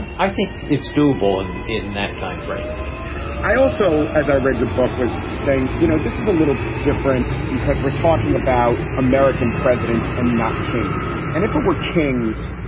and i think it's doable and in that time frame i also, as i read your book, was saying, you know, this is a little different because we're talking about american presidents and not kings. and if it were kings,